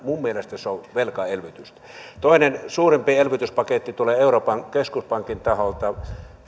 minun mielestäni se on velkaelvytystä toinen suurempi elvytyspaketti tulee euroopan keskuspankin taholta